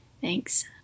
Thanks